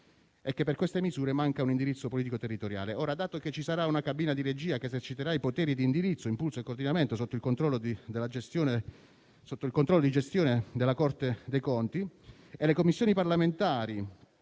è che per queste misure manca un indirizzo politico territoriale. Ora, dato che ci sarà una cabina di regia, che eserciterà i poteri di indirizzo, impulso e coordinamento sotto il controllo di gestione della Corte dei conti e dato che le Commissioni parlamentari